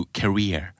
career